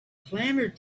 clamored